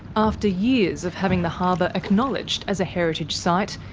after years of having the harbour acknowledged as a heritage site,